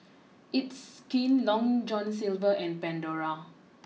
it's Skin long John Silver and Pandora